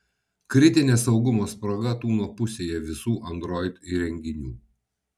kritinė saugumo spraga tūno pusėje visų android įrenginių